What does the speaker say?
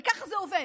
כי ככה זה עובד.